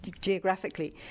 geographically